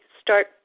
start